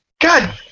God